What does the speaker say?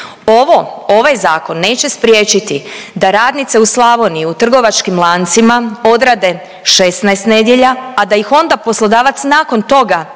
Ovo, ovaj zakon neće spriječiti da radnice u Slavoniji u trgovačkim lancima odrade 16 nedjelja, a da ih onda poslodavac nakon toga